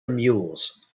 mules